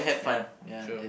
ya true